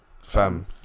fam